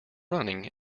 running